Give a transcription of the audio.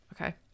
Okay